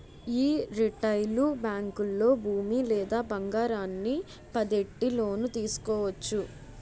యీ రిటైలు బేంకుల్లో భూమి లేదా బంగారాన్ని పద్దెట్టి లోను తీసుకోవచ్చు